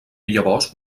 llavors